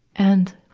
and,